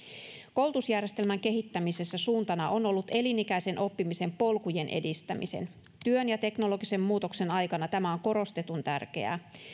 koulutusjärjestelmän kehittämisessä suuntana on ollut elinikäisen oppimisen polkujen edistäminen työn ja teknologisen muutoksen aikana tämä on korostetun tärkeää